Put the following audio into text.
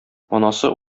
анасы